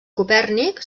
copèrnic